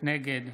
נגד